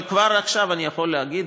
אבל כבר עכשיו אני יכול להגיד,